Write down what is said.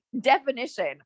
definition